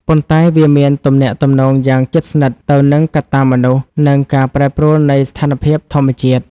ប៉ុន្តែវាមានទំនាក់ទំនងយ៉ាងជិតស្និទ្ធទៅនឹងកត្តាមនុស្ស និងការប្រែប្រួលនៃស្ថានភាពធម្មជាតិ។